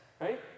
right